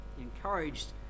encouraged